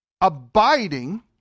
Abiding